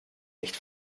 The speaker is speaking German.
nicht